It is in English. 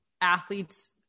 athletes